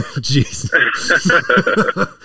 Jesus